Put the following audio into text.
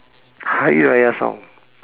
hari-raya song